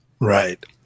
Right